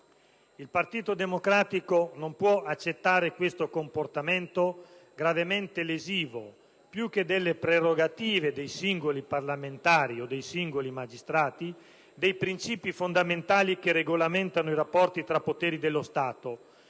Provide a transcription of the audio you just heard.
Il Partito Democratico non può accettare questo comportamento gravemente lesivo, più che delle prerogative dei singoli parlamentari o dei singoli magistrati, dei princìpi fondamentali che regolamentano i rapporti tra poteri dello Stato,